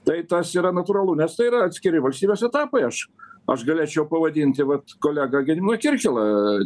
tai tas yra natūralu nes tai yra atskiri valstybės etapai aš aš galėčiau pavadinti vat kolegą gediminą kirkilą